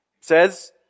says